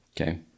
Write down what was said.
Okay